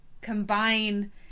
combine